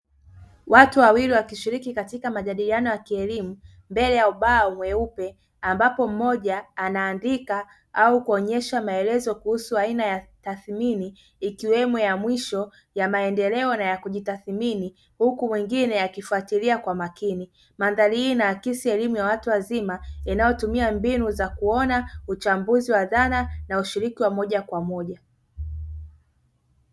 Watu wawili wakishiriki katika majadiliano ya kielimu mbele ya ubao mweupe ambapo mmoja anaandika au kuonyesha maelezo kuhusu aina ya tathmini ikiwemo ya mwisho ya maendeleo na ya kujitathmini, huku mwingine akifuatilia kwa umakini. Mandhari hii inaakisi elimu ya watu wazima inayoyumia mbinu za kuona, uchambuzi wa dhana na ushiriki wa moja kwa moja.